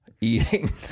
eating